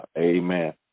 Amen